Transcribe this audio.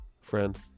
Friend